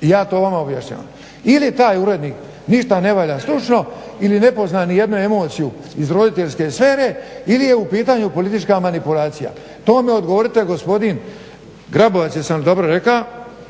i ja to vama objašnjavam. Ili je taj urednik ništa ne valja stručno ili ne pozna ni jednu emociju iz roditeljske sfere ili je u pitanju politička manipulacija. O tome govorite gospodin Grabovac jesam vam dobro rekao,